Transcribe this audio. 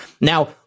Now